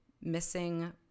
Missing